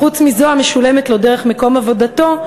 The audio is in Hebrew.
חוץ מזו המשולמת לו דרך מקום עבודתו,